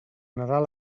nadal